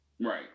Right